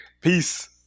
Peace